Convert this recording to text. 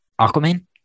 Aquaman